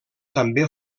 també